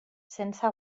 sense